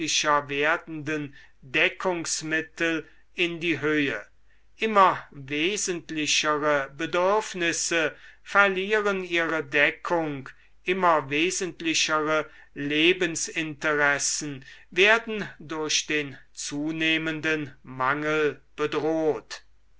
werdenden deckungsmittel in die höhe immer wesentlichere bedürfnisse verlieren ihre deckung immer wesentlichere lebensinteressen werden durch den zunehmenden mangel bedroht